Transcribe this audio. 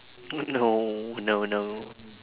no no no